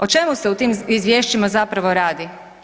O čemu se u tim izvješćima zapravo radi?